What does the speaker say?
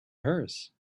hers